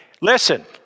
listen